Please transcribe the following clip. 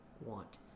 want